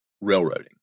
railroading